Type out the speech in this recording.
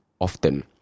often